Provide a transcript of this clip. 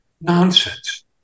Nonsense